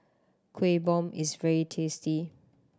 Kueh Bom is very tasty